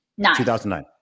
2009